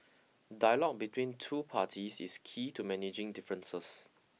dialogue between two parties is key to managing differences